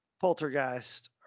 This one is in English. poltergeist